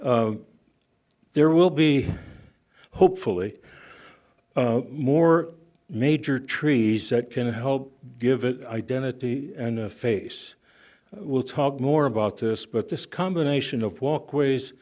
i there will be hopefully more major trees that can help give it an identity and a face we'll talk more about this but this combination of walkways